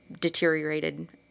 deteriorated